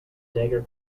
dagger